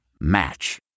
Match